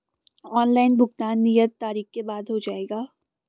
Online भुगतान नियत तारीख के बाद हो जाएगा?